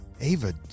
Ava